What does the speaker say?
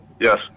Yes